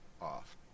off